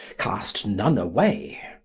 cast none away